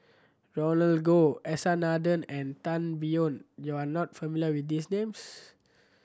Roland Goh S R Nathan and Tan Biyun you are not familiar with these names